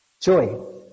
Joy